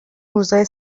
روزای